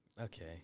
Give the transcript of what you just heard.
Okay